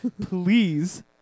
please